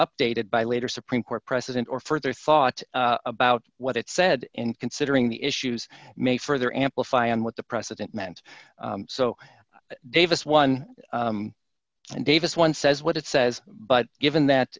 updated by later supreme court precedent or further thought about what it said in considering the issues may further amplify on what the president meant so davis won and davis one says what it says but given that